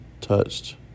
touched